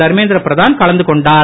தர்மேந்திர பிரதான் கலந்து கொண்டார்